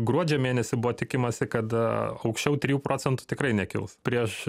gruodžio mėnesį buvo tikimasi kada aukščiau trijų procentų tikrai nekils prieš